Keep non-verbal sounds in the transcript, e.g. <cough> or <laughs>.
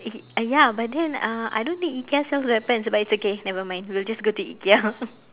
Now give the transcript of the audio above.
y~ uh ya but then uh I don't think IKEA sells weapons but it's okay nevermind we'll just go to IKEA <laughs>